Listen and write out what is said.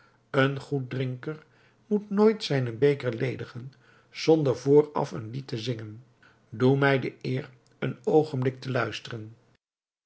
een goed drinker moet nooit zijnen beker ledigen zonder vooraf een lied te zingen doe mij de eer een oogenblik te luisteren